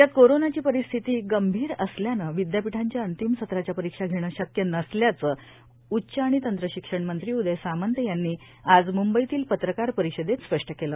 राज्यात कोरोनाची परिस्थिती गंभीर असल्यानं विद्यापीठांच्या अंतिम सत्राच्या परीक्षा घेणं शक्य नसल्याचं उच्च आणि तंत्रशिक्षण मंत्री उदय सामंत यांनी आज मुंबईतील पत्रकार परिषदेत स्पष्ट केलं